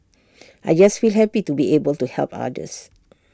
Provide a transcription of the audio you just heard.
I just feel happy to be able to help others